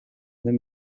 den